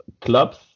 clubs